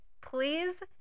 please